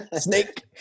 Snake